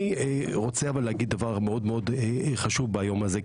אני רוצה להגיד דבר מאוד מאוד חשוב ביום הזה,